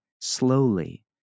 slowly